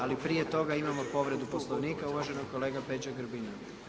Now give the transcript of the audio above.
Ali prije toga imamo povredu Poslovnika uvaženog kolege Peđe Grbina.